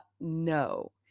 no